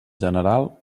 general